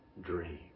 dream